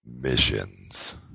Missions